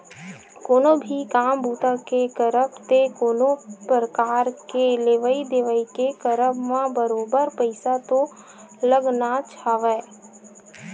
कोनो भी काम बूता के करब ते कोनो परकार के लेवइ देवइ के करब म बरोबर पइसा तो लगनाच हवय